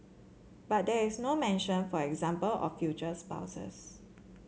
but there is no mention for example of future spouses